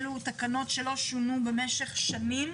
אלו תקנות שלא שונו במשך שנים